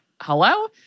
Hello